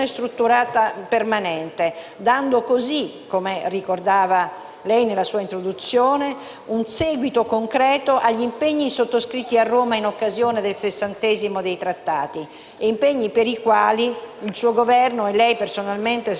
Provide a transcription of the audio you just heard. nella sua introduzione, un seguito concreto agli impegni sottoscritti a Roma in occasione del sessantesimo anniversario dei Trattati di Roma e per i quali il suo Governo e lei personalmente, signor Presidente del Consiglio, avete così intensamente lavorato.